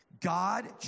God